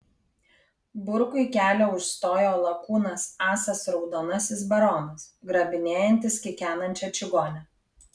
burkui kelią užstojo lakūnas asas raudonasis baronas grabinėjantis kikenančią čigonę